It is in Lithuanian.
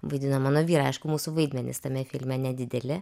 vaidina mano vyrą aišku mūsų vaidmenys tame filme nedideli